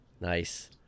Nice